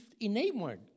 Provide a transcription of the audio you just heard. enamored